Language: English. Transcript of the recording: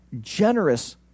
generous